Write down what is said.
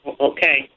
Okay